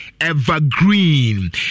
evergreen